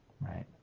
Right